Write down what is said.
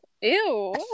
Ew